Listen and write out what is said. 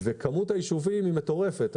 היא מטורפת.